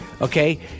Okay